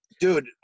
Dude